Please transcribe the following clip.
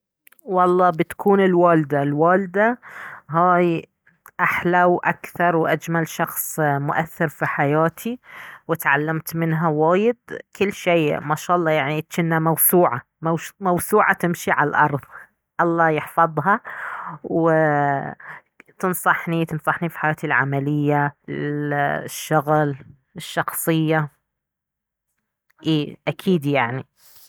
والله بتكون الوالدة، الوالدة هاي احلى واكثر واجمل شخص مؤثر في حياتي وتعلمت منها وايد كل شي، ما شاء الله كنه موسوعة موسوعة تمشي على الأرض الله يحفظها و تنصحني تنصحني في حياتي العملية الشغل الشخصية اي اكيد يعني